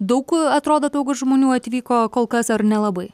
daug kur atrodo daug žmonių atvyko kol kas ar nelabai